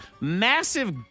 Massive